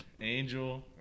Angel